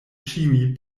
ĉiuj